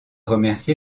remercier